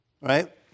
Right